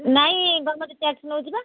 ନାହିଁ government tax ନେଉଛି ବା